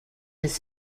his